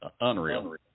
unreal